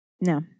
No